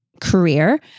career